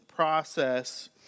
Process